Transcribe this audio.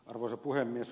arvoisa puhemies